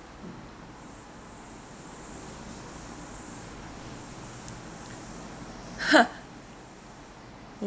!huh!